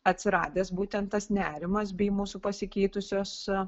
atsiradęs būtent tas nerimas bei mūsų pasikeitusios